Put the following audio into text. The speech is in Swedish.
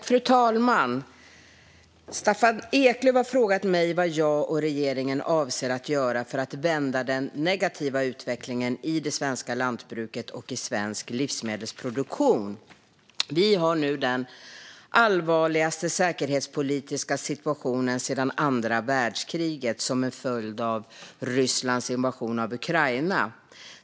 Fru talman! Staffan Eklöf har frågat mig vad jag och regeringen avser att göra för att vända den negativa utvecklingen i det svenska lantbruket och i svensk livsmedelsproduktion. Vi har nu den allvarligaste säkerhetspolitiska situationen sedan andra världskriget, som en följd av Rysslands invasion av Ukraina.